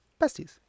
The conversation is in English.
besties